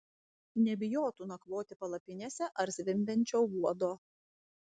nebijotų nakvoti palapinėse ar zvimbiančio uodo